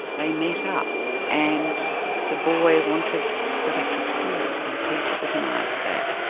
they met up, and the boy wanted to go back to school and the teacher organised that,